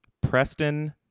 Preston